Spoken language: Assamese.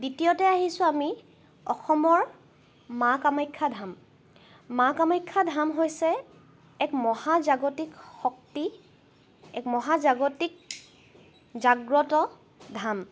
দ্বিতীয়তে আহিছোঁ আমি অসমৰ মা কামাখ্যা ধাম মা কামাখ্যা ধাম হৈছে এক মহাজাগতিক শক্তি এক মহাজাগতিক জাগ্ৰত ধাম